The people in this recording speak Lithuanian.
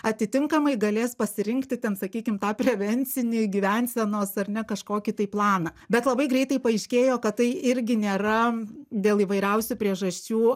atitinkamai galės pasirinkti ten sakykim tą prevencinį gyvensenos ar ne kažkokį tai planą bet labai greitai paaiškėjo kad tai irgi nėra dėl įvairiausių priežasčių